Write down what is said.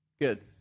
Good